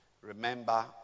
Remember